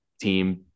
team